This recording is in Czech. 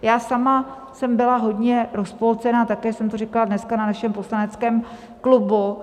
Já sama jsem byla hodně rozpolcená a také jsem to říkala dneska na našem poslaneckém klubu.